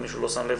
אם מישהו לא שם לב,